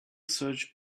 search